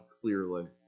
clearly